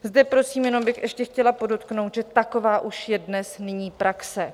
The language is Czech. Zde prosím jenom bych ještě chtěla podotknout, že taková už je dnes nyní praxe.